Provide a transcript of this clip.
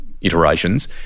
iterations